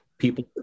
people